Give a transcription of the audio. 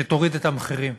שתוריד את המחירים.